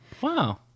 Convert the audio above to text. Wow